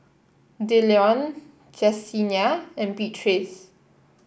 Dillon Jessenia and Beatrice